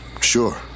sure